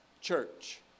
church